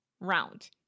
round